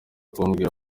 kumbwira